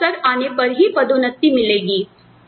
आपको अवसर आने पर ही पदोन्नति मिलेगी